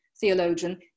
theologian